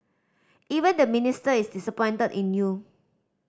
even the Minister is disappointed in you